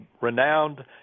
renowned